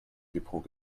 depot